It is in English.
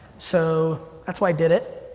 so, that's why i did it.